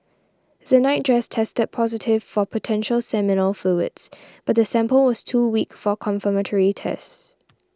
the nightdress tested positive for potential seminal fluids but the sample was too weak for confirmatory tests